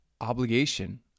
obligation